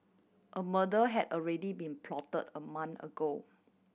a murder had already been plot a month ago